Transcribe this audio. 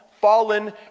fallen